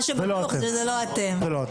מה שבטוח זה שזה לא אתם.